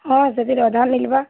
ହଁ ସେଥିରେ ଅଧା ମିଲ୍ବା